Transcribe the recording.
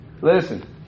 Listen